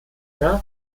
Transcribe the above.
nach